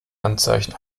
anzeichen